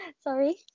Sorry